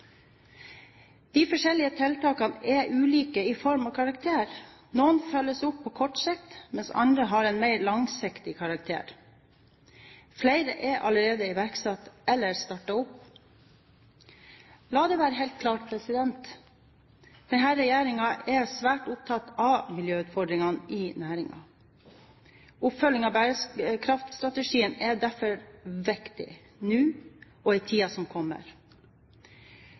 De forskjellige tiltakene er ulike i form og karakter. Noen følges opp på kort sikt, mens andre har en mer langsiktig karakter. Flere er allerede iverksatt eller startet opp. La det være helt klart: Denne regjeringen er svært opptatt av miljøutfordringene i næringen. Oppfølging av bærekraftstrategien er derfor viktig, nå og i tiden som kommer.